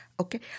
Okay